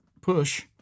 push